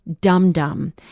dum-dum